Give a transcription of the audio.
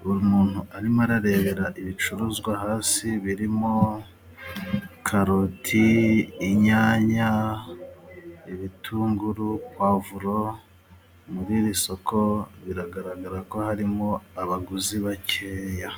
buri muntu arimo ararebera ibicuruzwa hasi birimo karoti, inyanya, ibitunguru, puwavuro. Muri iri soko biragaragara ko harimo abaguzi bakeya.